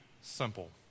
simple